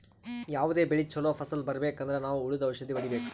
ಯಾವದೇ ಬೆಳಿ ಚೊಲೋ ಫಸಲ್ ಬರ್ಬೆಕ್ ಅಂದ್ರ ನಾವ್ ಹುಳ್ದು ಔಷಧ್ ಹೊಡಿಬೇಕು